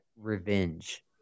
revenge